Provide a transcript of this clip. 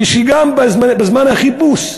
וגם בזמן חיפוש,